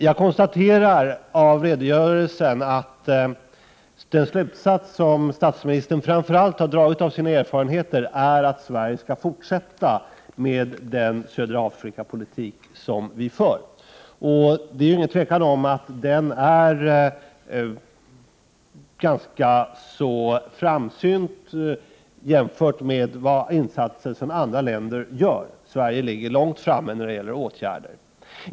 Jag konstaterar att den slutsats som statsministern framför allt har dragit av sina erfarenheter är att Sverige skall fortsätta med den politik vi för när det gäller södra Afrika. Det råder inget tvivel om att den är ganska framsynt, jämfört med insatser andra länder gör. Sverige ligger långt framme när det gäller åtgärder.